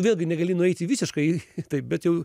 vėlgi negali nueiti visiškai taip bet jau